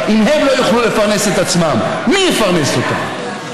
סך הכול רכב אחד עם שני פרמדיקים שיישארו 24 שעות,